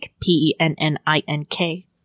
P-E-N-N-I-N-K